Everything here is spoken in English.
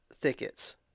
thickets